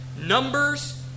Numbers